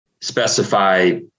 specify